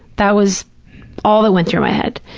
that was all that went through my head.